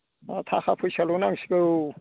दा थाखा फैसाल' नांसिगौ